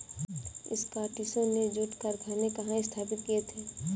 स्कॉटिशों ने जूट कारखाने कहाँ स्थापित किए थे?